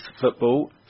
football